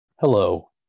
hello